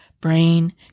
brain